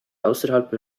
außerhalb